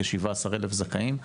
כ-17,000 זכאים.